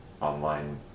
online